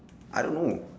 I don't know